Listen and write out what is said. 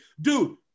dude